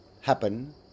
happen